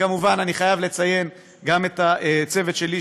כמובן אני חייב לציין גם את הצוות שלי,